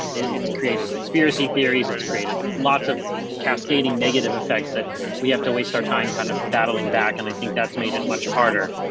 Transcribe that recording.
it's created conspiracy theories. it's created lots of cascading negative effects that we have to waste our time kind of battling back. and i think that's made it much harder,